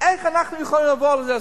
איך אנחנו יכולים לעבור על זה לסדר-היום?